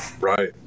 Right